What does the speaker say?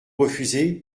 refusez